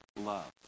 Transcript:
love